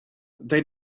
they